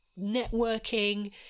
networking